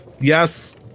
yes